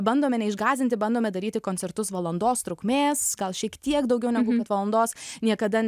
bandome neišgąsdinti bandome daryti koncertus valandos trukmės gal šiek tiek daugiau negu valandos niekada